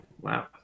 wow